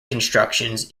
constructions